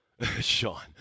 Sean